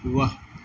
वाह